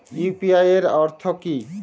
UPI এর অর্থ কি?